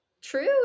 true